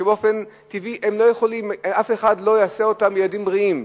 שבאופן טבעי אף אחד לא יעשה אותם ילדים בריאים,